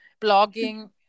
blogging